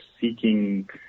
seeking